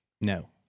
No